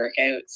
workouts